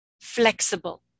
flexible